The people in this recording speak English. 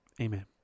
Amen